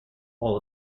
hall